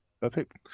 Perfect